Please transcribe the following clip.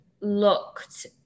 looked